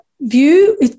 view